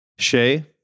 Shay